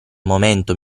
momento